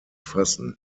fassen